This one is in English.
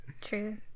True